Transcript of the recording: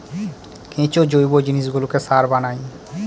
কেঁচো জৈব জিনিসগুলোকে সার বানায়